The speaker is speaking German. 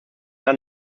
jahr